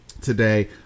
today